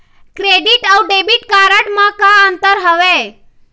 Credit अऊ debit card म का अंतर हावे?